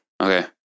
Okay